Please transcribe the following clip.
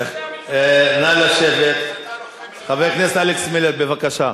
המלחמה היחידה זה בפריימריס.